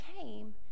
came